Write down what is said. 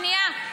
שנייה.